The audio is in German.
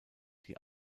die